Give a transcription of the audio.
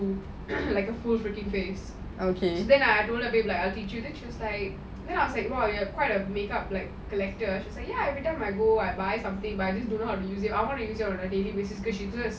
like then I was like !wah! you have quite a makeup collection she was like ya every time I go I buy something but I don't know how to use it I want to use it already she's gonna start work so she wants to put that to go